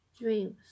dreams